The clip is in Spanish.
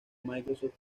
microsoft